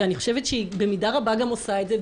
ואני חושבת שהיא גם במידה רבה עושה את זה,